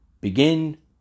begin